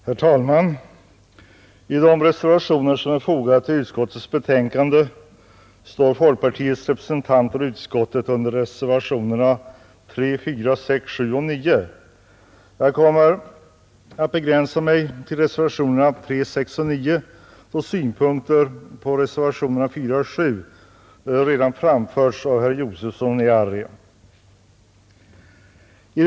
Herr talman! Av de reservationer som är fogade till utskottets betänkande står folkpartiets representanter i utskottet under reservationerna 3, 4, 6, 7 och 9. Jag kommer att begränsa mig till att ta upp reservationerna 3, 6 och 9 då synpunkter på reservationerna 4 och 7 redan har framförts av herr Josefson i Arrie.